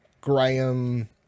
Graham